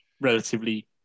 relatively